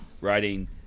writing